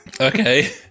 okay